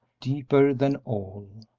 deeper than all,